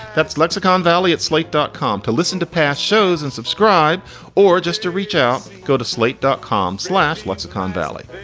that's lexicon valley at slate dot com. to listen to past shows and subscribe or just to reach out, go to slate dot com slash lexicon valley.